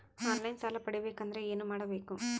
On line ಸಾಲ ಪಡಿಬೇಕಂದರ ಏನಮಾಡಬೇಕು?